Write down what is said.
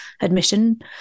admission